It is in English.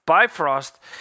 Bifrost